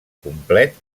complet